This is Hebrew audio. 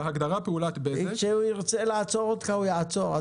אם הוא ירצה לעצור אותך הוא יעצור,